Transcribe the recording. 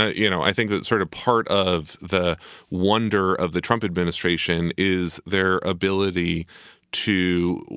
ah you know, i think that's sort of part of the wonder of the trump administration is their ability to.